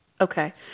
Okay